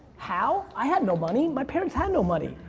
how? i had no money. my parents had no money.